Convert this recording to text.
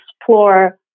explore